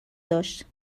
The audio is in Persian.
داشت